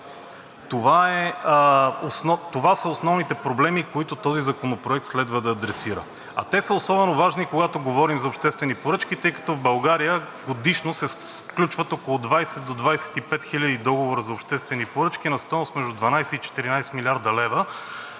Това са основните проблеми, които този законопроект следва да адресира, а те са особено важни, когато говорим за обществени поръчки, тъй като в България годишно се сключват около 20 до 25 хиляди договора за обществени поръчки на стойност между 12 и 14 млрд. лв.,